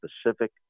specific